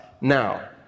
now